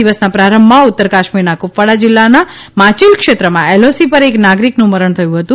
દિવસના પ્રારંભમાં ઉત્તર કાશ્મીરના કુપવાડા જિલ્લાના માચીલ શ્રેત્રમાં એલઓસી પર એક નાગરિકનું મરણ થયુ હતુ